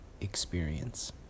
experience